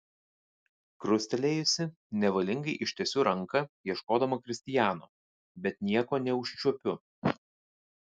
krustelėjusi nevalingai ištiesiu ranką ieškodama kristijano bet nieko neužčiuopiu